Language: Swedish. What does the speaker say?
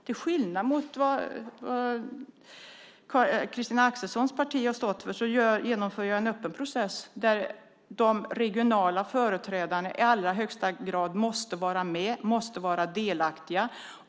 Till skillnad från vad Christina Axelssons parti har stått för genomför jag en öppen process där de regionala företrädarna i allra högsta grad måste vara med och vara delaktiga.